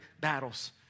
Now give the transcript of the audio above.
battles